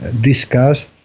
discussed